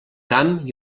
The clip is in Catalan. camp